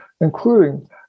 including